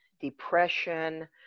depression